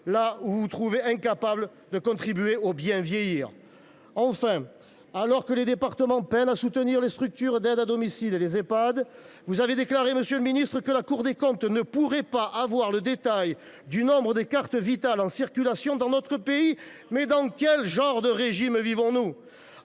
là où vous vous trouvez incapables de contribuer au bien vieillir. Enfin, alors que les départements peinent à soutenir les structures d’aide à domicile et les Ehpad, vous avez déclaré, monsieur le ministre, que la Cour des comptes ne pouvait connaître le détail du nombre de cartes Vitale en circulation dans notre pays. Dans quel genre de régime vivons nous ?